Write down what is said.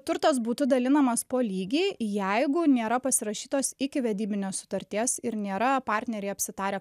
turtas būtų dalinamas po lygiai jeigu nėra pasirašytos ikivedybinės sutarties ir nėra partneriai apsitarę